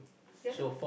ya lah